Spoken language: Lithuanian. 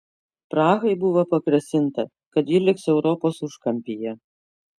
prahai buvo pagrasinta kad ji liks europos užkampyje